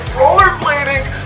rollerblading